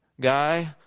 Guy